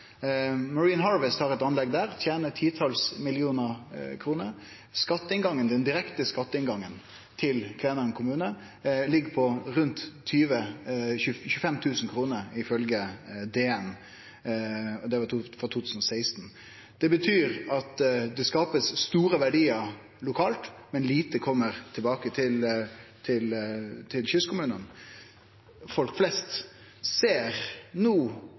har eit anlegg der, tener titals millionar kroner. Den direkte skatteinngangen til Kvænangen kommune ligg på rundt 25 000 kr, ifølgje DN, og det var frå 2016. Det betyr at det blir skapt store verdiar lokalt, men lite kjem tilbake til kystkommunane – folk flest. Ser statsråden no